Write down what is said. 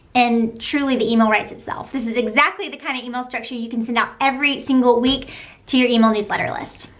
and truly the email writes itself. this is exactly the kind of email structure you can send out every single week to your email newsletter list.